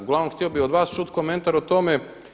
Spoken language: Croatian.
Uglavnom htio bih od vas čuti komentar o tome.